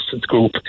group